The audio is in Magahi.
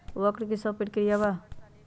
वक्र कि शव प्रकिया वा?